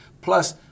plus